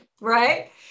right